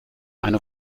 eine